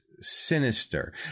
sinister